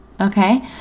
Okay